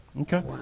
Okay